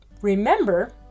remember